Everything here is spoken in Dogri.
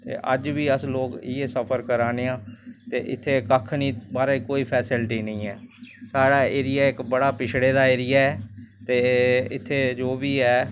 पैह्लै गै सनाई दी ऐ एह् थोह्ड़ी गोरमैंट करदी ऐ कि घर घर जाचै कल प्रोग्राम जां कल कोई छुड्डी ऐ स्कूल जां कुछ बी बिमारी दे बारे च कुछ बी ते एह् गोरमैंट पैह्लै